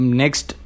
next